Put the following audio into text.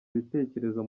ibitekerezo